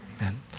Amen